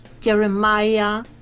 Jeremiah